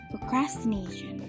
procrastination